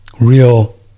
real